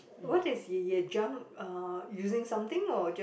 what is y~ jump uh using something or just